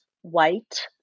White